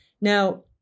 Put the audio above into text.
Now